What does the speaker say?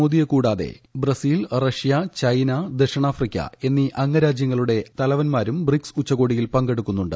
മോഡിയെ കൂടാതെ Brazil Russia China ദക്ഷിണാഫ്രിക്ക എന്നീ അംഗരാജ്യങ്ങളുടെ തലവൻമാരും ബ്രിക്സ് ഉച്ച്കോടിയിൽ പങ്കെടുക്കുന്നുണ്ട്